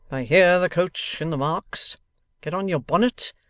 i hear the coach in the marks get on your bonnet,